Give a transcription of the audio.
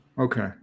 Okay